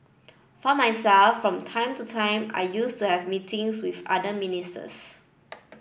for myself from time to time I used to have meetings with other ministers